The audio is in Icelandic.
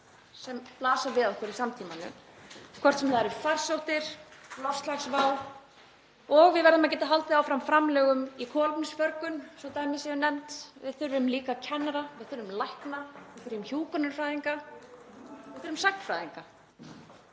sem blasa við okkur í samtímanum, hvort sem það eru farsóttir eða loftslagsvá, og við verðum að geta haldið áfram framlögum í kolefnisförgun, svo að dæmi séu nefnd. Við þurfum líka kennara, við þurfum lækna, við þurfum hjúkrunarfræðinga, við þurfum sagnfræðinga.